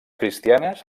cristianes